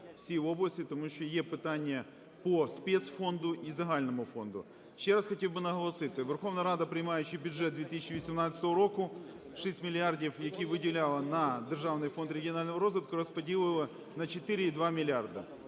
всі області. Тому що є питання по спецфонду і загальному фонду. Ще раз хотів би наголосити, Верховна Рада, приймаючи бюджет 2018 року, 6 мільярдів, які виділяла на Державний фонд регіонального розвитку розподілили на 4,2 мільярди.